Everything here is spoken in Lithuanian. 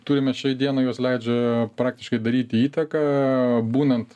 turime šiai dienai jos leidžia praktiškai daryti įtaką būnant